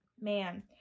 man